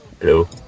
hello